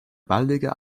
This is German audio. baldige